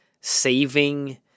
saving